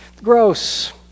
Gross